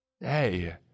Hey